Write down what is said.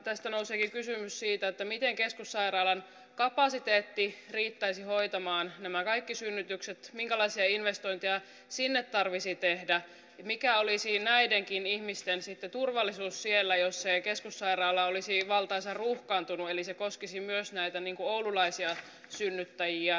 tästä nouseekin kysymys siitä miten keskussairaalan kapasiteetti riittäisi hoitamaan nämä kaikki synnytykset minkälaisia investointeja sinne tarvitsisi tehdä mikä olisi näidenkin ihmisten turvallisuus siellä jos se keskussairaala olisi valtaisan ruuhkaantunut eli näiden kaikkien muiden synnyttäjien ohjautuminen sinne koskisi myös näitä oululaisia synnyttäjiä